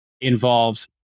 involves